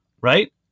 Right